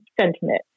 sentiment